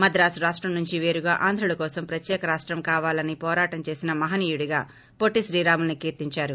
మద్రాస్ రాష్లం నుంచి పేరుగా ఆంధ్రుల కోసం ప్రత్యేక రాష్టం కావాలని పోరాటం చేసిన మహనీయుడిగా పొట్లి శ్రీరాములన్ కీర్తిందారు